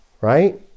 right